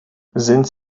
sind